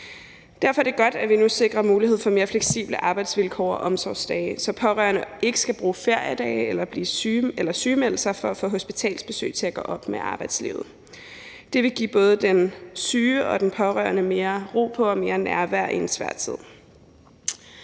Derfor er det godt, at vi nu sikrer mulighed for mere fleksible arbejdsvilkår og omsorgsdage, så pårørende ikke skal bruge feriedage eller sygemelde sig for at få hospitalsbesøg til at gå op med arbejdslivet. Det vil give både den syge og den pårørende mere ro på og mere nærvær i en svær tid.